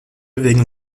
wegen